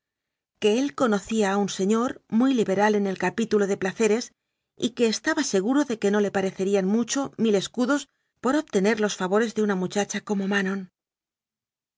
que él conocía a un señor muy liberal en el capítulo de placeres y que estaba seguro de que no le parecerían mucho mil escudos por obtener los favores de una mu chacha como manon